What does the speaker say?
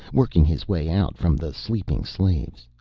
working his way out from the sleeping slaves.